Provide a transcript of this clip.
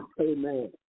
Amen